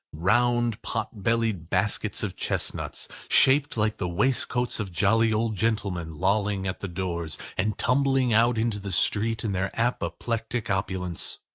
round, pot-bellied baskets of chestnuts, shaped like the waistcoats of jolly old gentlemen, lolling at the doors, and tumbling out into the street in their apoplectic opulence.